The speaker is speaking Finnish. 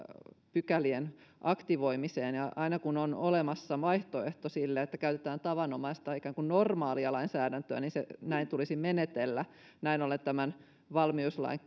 pykälien aktivoimiseen ja aina kun on olemassa vaihtoehto sille että käytetään tavanomaista ikään kuin normaalia lainsäädäntöä niin näin tulisi menetellä näin olen tämän valmiuslain